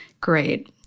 Great